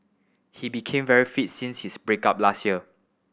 he became very fits since his break up last year